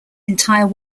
entire